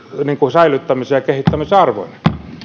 säilyttämisen ja kehittämisen arvoinen